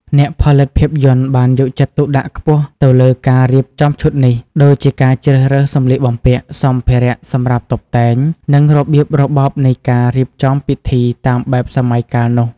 អ្នកផលិតភាពយន្តបានយកចិត្តទុកដាក់ខ្ពស់ទៅលើការរៀបចំឈុតនេះ ដូចជាការជ្រើសរើសសម្លៀកបំពាក់ សម្ភារៈសម្រាប់តុបតែង និងរបៀបរបបនៃការរៀបចំពិធីតាមបែបសម័យកាលនោះ។